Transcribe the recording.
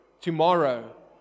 tomorrow